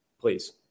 Please